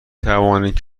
توانید